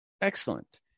Excellent